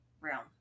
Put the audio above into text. realm